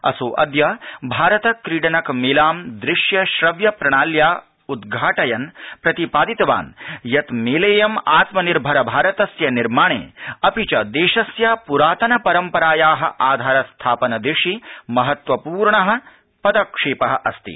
असौ अद्य भारत क्रीडनकमेलाम् दृश्य श्रव्यप्रणाल्या उद्घाटयन्प्रतिपादितवान्यत् मेलेयम् आत्मनिर्भर भारतस्य निर्माणे अपि च देशस्य पुरातनपरम्पराया आधारस्थापन दिशि महत्वपूर्ण पदक्षेप अस्ति